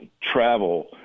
travel